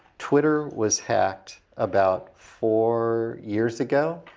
twitter was hacked about four years ago,